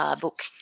book